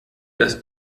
dass